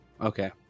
Okay